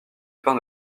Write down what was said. pain